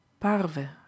Parve